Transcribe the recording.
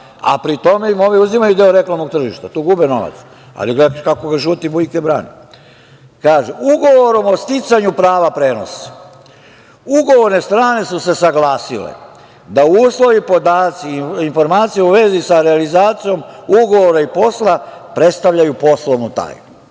Pri tome im ovi uzimaju deo reklamnog tržišta. Tu gube novac. Ali, gledajte kako ga žuti Bujke brani. Ugovorom o sticanju prava prenosa ugovorne strane su se saglasile da uslovi, podaci i informacije u vezi sa realizacijom ugovora i posla predstavljaju poslovnu tajnu.